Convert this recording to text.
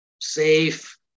safe